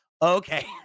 okay